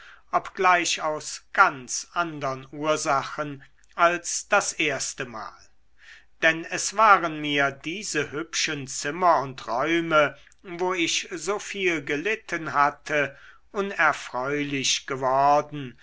obgleich aus ganz andern ursachen als das erstemal denn es waren mir diese hübschen zimmer und räume wo ich so viel gelitten hatte unerfreulich geworden